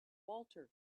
walter